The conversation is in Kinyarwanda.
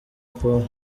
paul